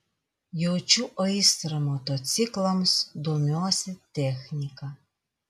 jaučiu aistrą motociklams domiuosi technika